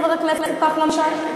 חבר הכנסת נחמן שי?